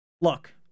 Look